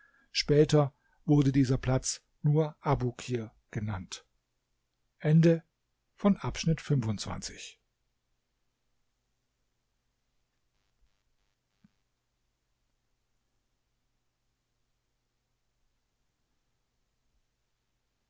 später wurde dieser platz nur abukir genannt